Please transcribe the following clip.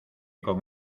con